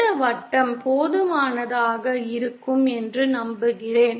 இந்த வட்டம் போதுமானதாக இருக்கும் என்று நம்புகிறேன்